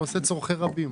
עושה צרכי רבים.